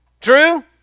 True